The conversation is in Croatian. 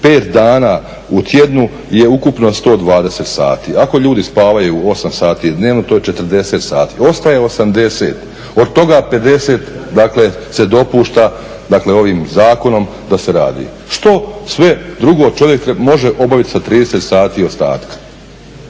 5 dana u tjednu je ukupno 120 sati. Ako ljudi spavaju 8 sati dnevno to je 40 sati, ostaje 80, od toga 50 dakle se dopušta dakle ovim Zakonom da se radi. Što sve drugo čovjek može obaviti sa 30 sati ostatka?